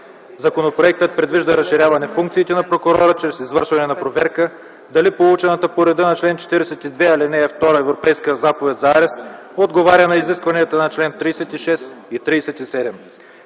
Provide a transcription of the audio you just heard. Законопроектът предвижда разширяване функциите на прокурора чрез извършване на проверка дали получена по реда на чл. 42, ал. 2 Европейска заповед за арест отговаря на изискванията на чл. 36 и 37.